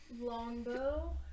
longbow